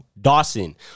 Dawson